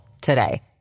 today